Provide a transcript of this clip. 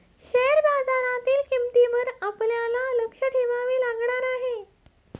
share बाजारातील किंमतींवर आपल्याला लक्ष ठेवावे लागणार आहे